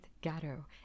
Gatto